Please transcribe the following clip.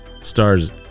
stars